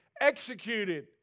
executed